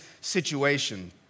situation